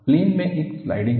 plane में एक sliding है